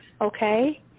okay